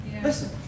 Listen